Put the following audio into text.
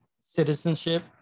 citizenship